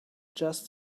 just